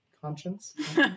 conscience